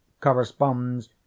corresponds